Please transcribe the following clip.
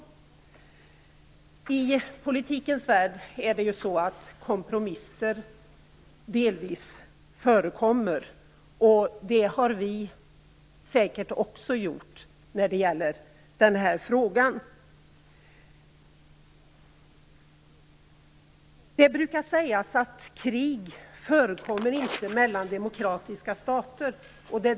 Men i politikens värld förekommer kompromisser, och sådana har säkert också vi gjort i denna fråga. Det brukar sägas att krig inte förekommer mellan demokratiska stater.